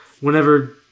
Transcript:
whenever